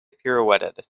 pirouetted